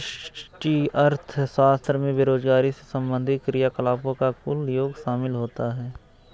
व्यष्टि अर्थशास्त्र में बेरोजगारी से संबंधित क्रियाकलापों का कुल योग शामिल होता है